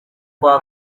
kwa